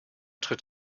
tritt